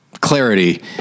clarity